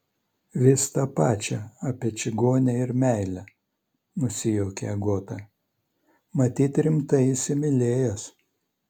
vis tą pačią apie čigonę ir meilę nusijuokė agota matyt rimtai įsimylėjęs